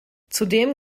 zudem